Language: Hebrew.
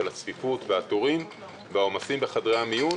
הצפיפות והתורים והעומסים בחדרי המיון,